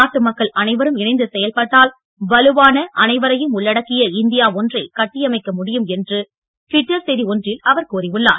நாட்டு மக்கள் அனைவரும் இணந்து செயல்பட்டால் வலுவான அனைவரையும் உள்ளடக்கிய இந்தியா ஒன்றை கட்டியமைக்க முடியும் என்று ட்விட்டர் செய்தி ஒன்றில் அவர் கூறியுள்ளார்